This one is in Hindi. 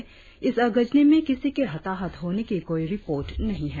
हालाकी अगजनी में किसी के हताहत होने की कोई रिपोर्ट नही है